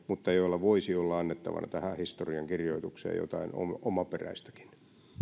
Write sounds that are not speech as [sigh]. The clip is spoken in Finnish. [unintelligible] mutta joilla voisi olla annettavana tähän historiankirjoitukseen jotain omaperäistäkin